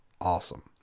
awesome